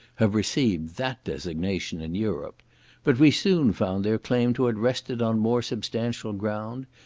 have received that designation in europe but we soon found their claim to it rested on more substantial ground,